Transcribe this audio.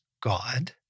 God